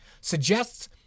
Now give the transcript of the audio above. suggests